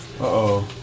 Uh-oh